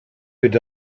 would